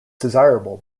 desirable